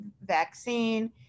vaccine